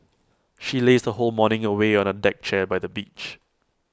she lazed her whole morning away on A deck chair by the beach